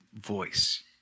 voice